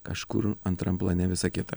kažkur antram plane visa kita